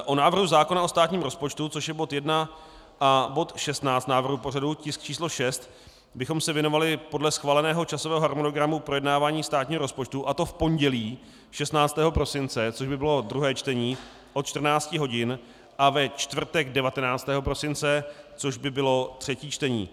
Návrhu zákona o státním rozpočtu, což je bod 1 a bod 16 návrhu pořadu, tisk číslo 6, bychom se věnovali podle schváleného časového harmonogramu projednávání státního rozpočtu, a to v pondělí 16. prosince, což by bylo druhé čtení, od 14 hodin, a ve čtvrtek 19. prosince, což by bylo třetí čtení.